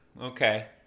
Okay